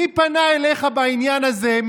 מי פנה אליך בעניין הזה,